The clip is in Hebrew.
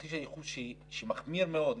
תרחיש הייחוס שהוא מחמיר מאוד.